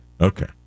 okay